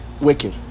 wicked